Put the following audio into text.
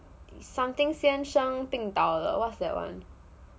something 先伤病倒了 what's that one